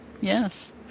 Yes